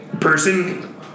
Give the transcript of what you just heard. person